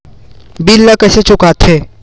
bill ला कइसे चुका थे